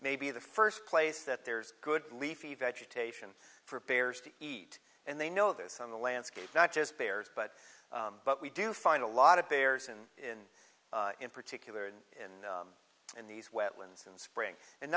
may be the first place that there's good leafy vegetation for bears to eat and they know this on the landscape not just bears but but we do find a lot of bears in in in particular and in in these wetlands in spring and